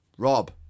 Rob